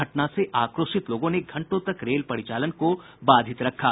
घटना से आक्रोशित लोगों ने घंटों तक रेल परिचालन को बाधित रखा